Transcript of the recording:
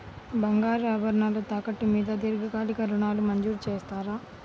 బంగారు ఆభరణాలు తాకట్టు మీద దీర్ఘకాలిక ఋణాలు మంజూరు చేస్తారా?